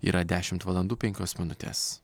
yra dešimt valandų penkios minutės